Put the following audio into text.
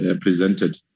presented